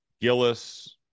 Gillis